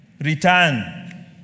return